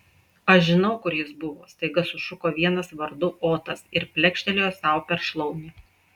aš žinau kur jis buvo staiga sušuko vienas vardu otas ir plekštelėjo sau per šlaunį